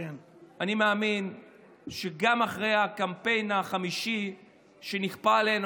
אני מאמין שגם אחרי הקמפיין החמישי שנכפה עלינו,